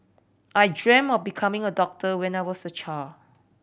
I dreamt of becoming a doctor when I was a child